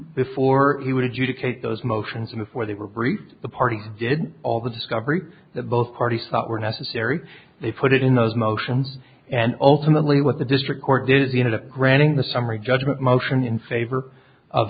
before he would you to cait those motions and before they were briefed the party did all the discovery that both parties thought were necessary they put it in those motions and ultimately what the district court did you know the granting the summary judgment motion in favor of